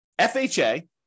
FHA